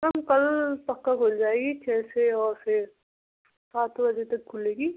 ma'am कल पक्का खुल जाएगी छः से और फ़िर सात बजे तक खुलेगी